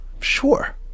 Sure